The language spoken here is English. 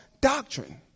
doctrine